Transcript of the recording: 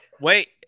Wait